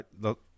Look